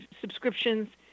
subscriptions